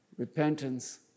Repentance